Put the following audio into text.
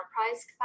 enterprise